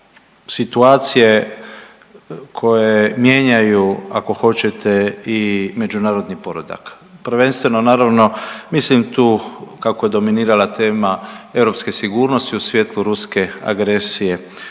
situacije koje mijenjaju, ako hoćete i međunarodni poredak. Prvenstveno naravno, mislim tu kako je dominirala tema europske sigurnosti i svjetlu ruske agresije